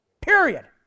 Period